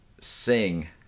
sing